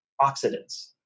oxidants